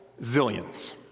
zillions